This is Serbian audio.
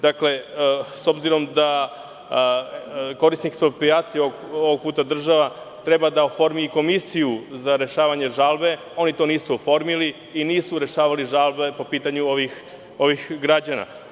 Dakle, s obzirom da korisnik eksproprijacije, ovog puta država, treba da oformi komisiju za rešavanje žalbe, oni to nisu oformili i nisu rešavali žalbe po pitanju ovih građana.